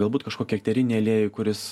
galbūt kažkokį eterinį aliejų kuris